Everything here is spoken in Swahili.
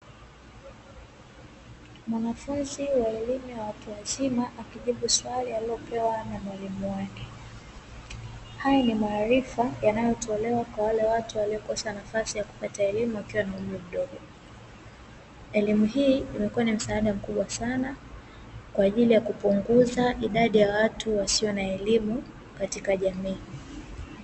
Mwanafunzi wa elimu ya watu wazima akijibu swali alilopewa na mwalimu wake, haya ni maarifa yanayotolewa kwa wale watu waliokosa nafasi ya kupata elimu wakiwa na umri mdogo, elimu hii imekuwa na msaada mkubwa sana kwa ajili ya kupunguza idadi ya watu wasio na elimu katika jamii.